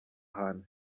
hantu